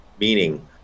meaning